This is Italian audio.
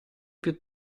più